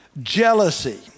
Jealousy